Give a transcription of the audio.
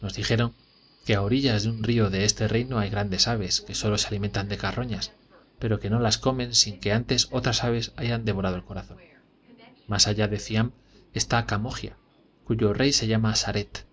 nos dijeron que a orillas de un río de este reino hay grandes aves que sólo se alimentan de carroñas pero que no las comen sin que antes otras aves hayan devorado el corazón más allá de ciam está camogia cuyo rey se llama saret